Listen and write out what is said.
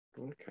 Okay